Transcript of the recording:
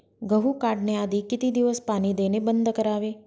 गहू काढण्याआधी किती दिवस पाणी देणे बंद करावे?